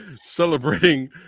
celebrating